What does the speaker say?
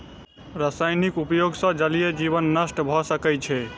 रासायनिक उपयोग सॅ जलीय जीवन नष्ट भ सकै छै